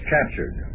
Captured